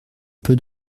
peu